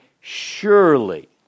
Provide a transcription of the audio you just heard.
surely